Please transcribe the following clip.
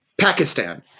Pakistan